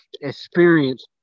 experience